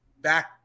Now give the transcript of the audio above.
back